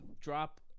drop